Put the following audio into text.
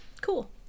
cool